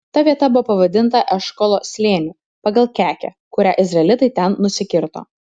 ta vieta buvo pavadinta eškolo slėniu pagal kekę kurią izraelitai ten nusikirto